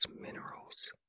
minerals